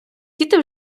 діти